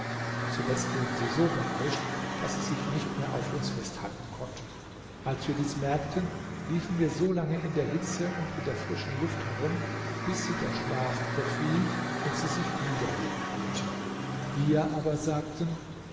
zuletzt wurden sie so berauscht daß sie sich nicht mehr auf uns festhalten konnten als wir dies merkten liefen wir so lange in der hitze und in der frischen luft herum bis sie der schlaf überfiel und sie sich niederlegen wollten wir aber sagten